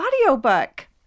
audiobook